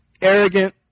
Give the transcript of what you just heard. arrogant